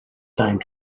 time